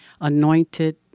anointed